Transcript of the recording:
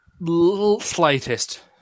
slightest